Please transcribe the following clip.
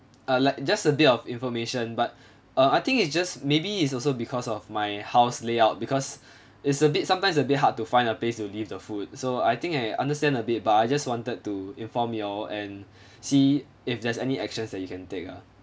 uh like just a bit of information but uh I think is just maybe it's also because of my house layout because it's a bit sometimes a bit hard to find a place to leave the food so I think I understand a bit but I just wanted to inform you all and see if there's any actions that you can take lah